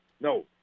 no